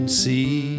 see